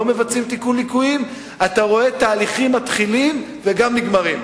מבצעים תיקון ליקויים אתה רואה תהליכים מתחילים וגם נגמרים.